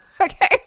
okay